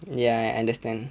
ya I understand